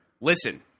Listen